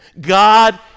God